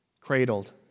cradled